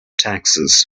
taxes